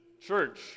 church